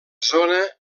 zona